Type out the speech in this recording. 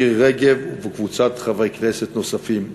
מירי רגב וקבוצת חברי כנסת נוספים.